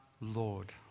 Lord